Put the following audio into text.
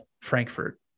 Frankfurt